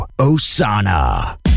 Osana